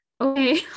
okay